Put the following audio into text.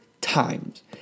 times